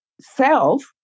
self